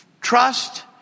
Trust